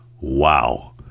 Wow